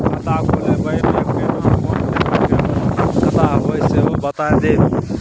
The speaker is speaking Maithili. खाता खोलैबय में केना कोन पेपर के आवश्यकता होए हैं सेहो बता देब?